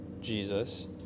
Jesus